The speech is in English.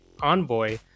Envoy